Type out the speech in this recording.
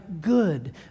good